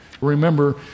Remember